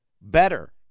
better